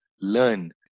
learn